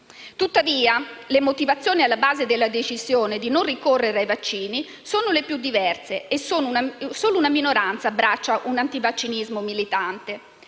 Tuttavia, le motivazioni alla base della decisione di non ricorrere ai vaccini sono le più diverse e solo una minoranza abbraccia un antivaccinismo militante.